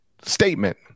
statement